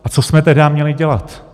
A co jsme tedy měli dělat?